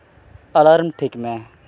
alarm ᱴᱷᱤᱠ ᱢᱮ